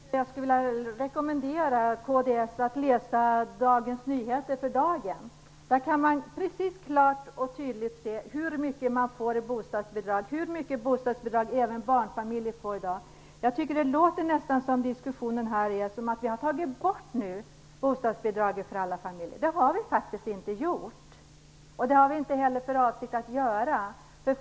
Herr talman! Jag skulle vilja rekommendera kds att läsa dagens DN. Där kan man klart och tydligt utläsa hur mycket man får i bostadsbidrag och hur mycket bostadsbidrag som även barnfamiljer i dag får. Det låter nästan på diskussionen här som att vi nu har tagit bort bostadsbidraget för alla familjer. Det har vi inte gjort, och det har vi heller inte för avsikt att göra.